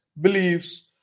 beliefs